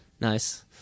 nice